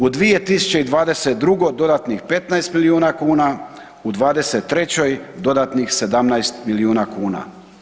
U 2022. dodatnih 15 milijuna kn, u 2023. dodatnih 17 milijuna kuna.